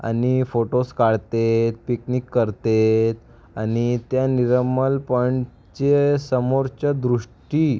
आणि फोटोज् काढतेत पिकनिक करतेत आणि त्या निरामल पॉइंटचे समोरच्या दृष्टी